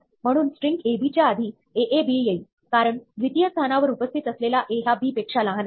म्हणून string ab च्या आधी aab येईल कारण द्वितीय स्थानावर उपस्थित असलेला a हा b पेक्षा लहान आहे